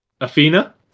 Athena